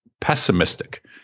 pessimistic